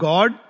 God